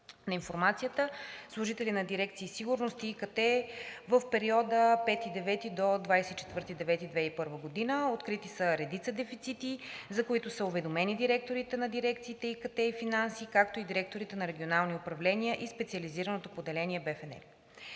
на информацията, служители на дирекции „Сигурност“ и ИКТ в периода 5 – 24 септември 2021 г., открити са редица дефицити, за които са уведомени директорите на дирекциите ИКТ и „Финанси“, както и директорите на регионални управления и Специализираното поделение